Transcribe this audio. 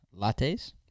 lattes